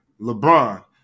LeBron